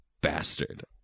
bastard